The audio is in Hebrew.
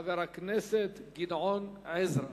חבר הכנסת גדעון עזרא.